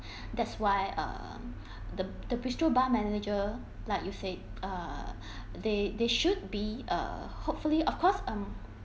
that's why err the the bistro bar manager like you said err they they should be err hopefully of course um